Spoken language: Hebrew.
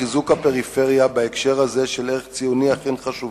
חיזוק הפריפריה בהקשר הזה של ערך ציוני הוא חשוב,